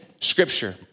scripture